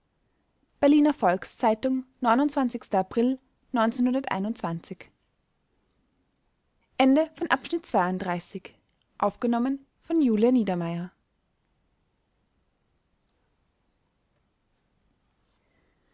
berliner volks-zeitung april